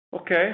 Okay